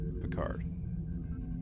Picard